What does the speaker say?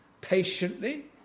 patiently